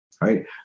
Right